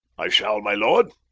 i shall, my lord.